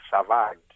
survived